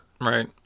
Right